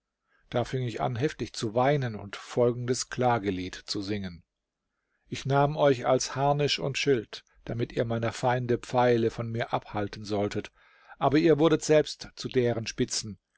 da fing ich an heftig zu weinen und folgendes klagelied zu singen ich nahm euch als harnisch und schild damit ihr meiner feinde pfeile von mir abhalten solltet aber ihr wurdet selbst zu deren spitzen